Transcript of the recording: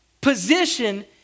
position